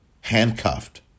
Handcuffed